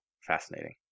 fascinating